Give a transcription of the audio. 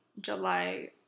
July